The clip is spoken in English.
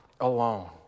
alone